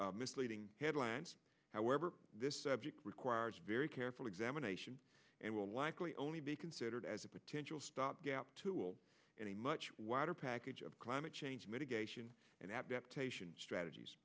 misleading headlines however this subject requires very careful examination and will likely only be considered as a potential stopgap tool in a much wider package of climate change mitigation and strategies